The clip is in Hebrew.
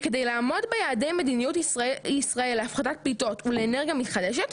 וכדי לעמוד ביעדי מדיניות ישראל להפחת פליטות ולאנרגיה מתחדשת,